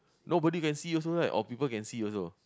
nobody can see also right or people can see also